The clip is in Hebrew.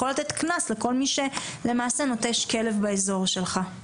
לתת קנס לכל מי שלמעשה נוטש כלב באזור שלך.